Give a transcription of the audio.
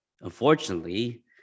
unfortunately